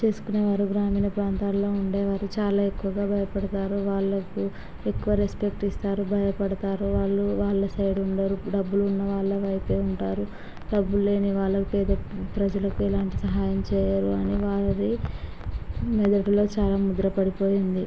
చేసుకొనే వారు గ్రామీణ ప్రాంతాల్లో ఉండేవారు చాలా ఎక్కువగా భయపడతారు వాళ్ళకు ఎక్కువ రెస్పెక్ట్ ఇస్తారు భయపడతారు వాళ్ళు వాళ్ళ సైడ్ ఉండరు డబ్బులు ఉన్న వాళ్ళ వైపే ఉంటారు డబ్బులు లేని వాళ్ళ పేద ప్రజలకు ఎలాంటి సహాయం చేయరు అని వారి మెదడులో చాలా ముద్ర పడిపోయింది